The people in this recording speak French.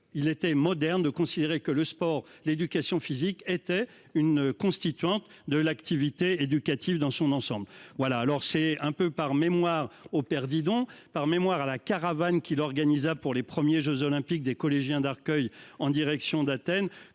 Il était moderne de considérer que le sport, l'éducation physique était une constituante de l'activité éducative dans son ensemble. Voilà alors c'est un peu par mémoire au père Didon par mémoire à la caravane qu'il organisa pour les premiers Jeux olympiques des collégiens d'Arcueil en direction d'Athènes